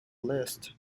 list